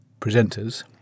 presenters